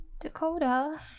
Dakota